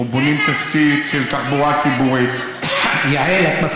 אנחנו בונים תשתית של תחבורה ציבורית, תן